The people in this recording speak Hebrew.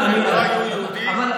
הם לא היו יהודים?